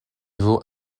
vaut